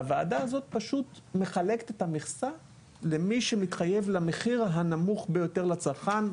והוועדה הזאת פשוט מחלקת את המכסה למי שמתחייב למחיר הנמוך ביותר לצרכן.